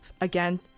again